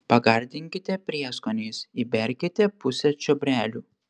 pagardinkite prieskoniais įberkite pusę čiobrelių